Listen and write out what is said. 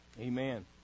Amen